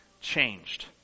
changed